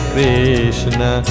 Krishna